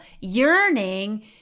yearning